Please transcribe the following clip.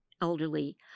elderly